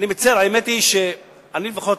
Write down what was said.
אני מצר, האמת היא שאני, לפחות,